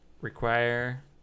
require